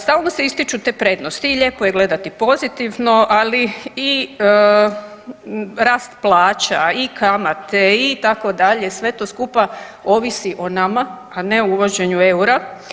Stalno se ističu te prednosti i lijepo je gledati pozitivno, ali i rast plaća i kamate itd., sve to skupa ovisi o nama, a ne o uvođenju eura.